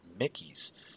Mickeys